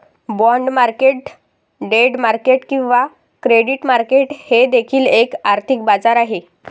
bond market debt market किंवा credit market हे देखील एक आर्थिक बाजार आहे